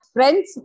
Friends